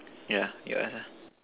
yeah you ask ah